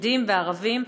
יהודים וערבים.